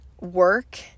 work